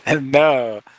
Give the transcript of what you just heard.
No